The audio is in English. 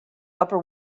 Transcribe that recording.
upper